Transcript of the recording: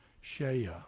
Shea